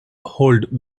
hold